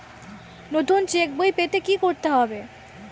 নতুন চেক বই পেতে কী করতে হবে?